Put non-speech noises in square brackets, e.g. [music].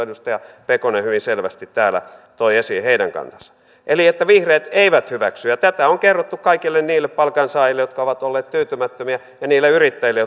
[unintelligible] edustaja pekonen hyvin selvästi täällä toi esiin heidän kantansa eli vihreät eivät hyväksy ja tätä on kerrottu kaikille niille palkansaajille jotka ovat olleet tyytymättömiä ja niille yrittäjille [unintelligible]